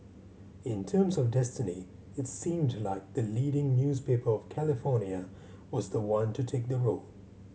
in terms of destiny it seemed like the leading newspaper of California was the one to take the road